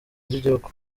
ry’igihugu